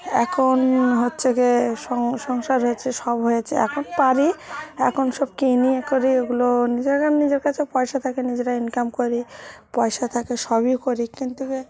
এখন হচ্ছে গিয়ে সং সংসার হয়েছে সব হয়েছে এখন পারি এখন সব কিনি এ করি এগুলো নিজেরা নিজের কাছেও পয়সা থাকে নিজেরা ইনকাম করি পয়সা থাকে সবই করি কিন্তু গিয়ে